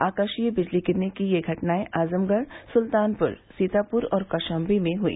आकाशीय बिजली गिरने की ये घटनाएं आजमगढ़ सुल्तानपुर सीतापुर और कौशाम्बी में हुई